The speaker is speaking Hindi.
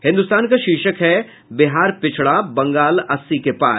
हिन्दुस्तान का शीर्षक है बिहार पिछड़ा बंगाल अस्सी के पार